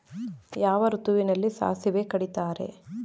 ಯಾವ ಋತುವಿನಲ್ಲಿ ಸಾಸಿವೆ ಕಡಿತಾರೆ?